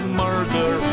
murder